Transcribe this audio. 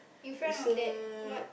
in front of that what